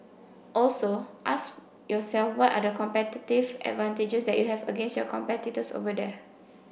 also ask yourself what are the competitive advantages that you have against your competitors over there